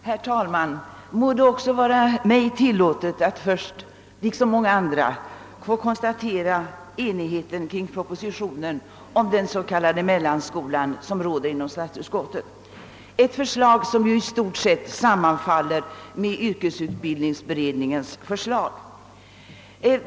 Herr talman! Må det också vara mig tillåtet att först, liksom många andra, få konstatera den enighet som rått inom statsutskottet kring propositionen om den s.k. mellanskolan, ett förslag som i stort sett sammanfaller med yrkesutbildningsberedningens förslag.